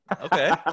Okay